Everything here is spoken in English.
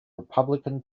republican